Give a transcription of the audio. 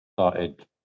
started